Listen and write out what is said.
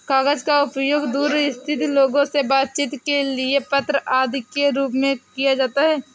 कागज का उपयोग दूर स्थित लोगों से बातचीत के लिए पत्र आदि के रूप में किया जाता है